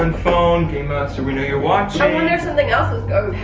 and phone, game master we know you're watching. i wonder if something else is